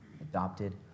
adopted